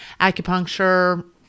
acupuncture